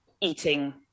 eating